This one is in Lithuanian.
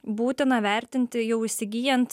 būtina vertinti jau įsigyjant